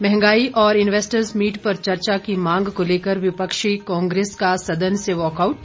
महंगाई और investors meet पर चर्चा की मांग को लेकर विपक्षी कांग्रेस का सदन से वॉकआउट